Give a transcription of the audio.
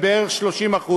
שהיא בערך 30%,